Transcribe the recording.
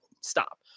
stop